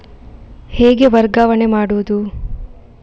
ಹೇಗೆ ವರ್ಗಾವಣೆ ಮಾಡುದು?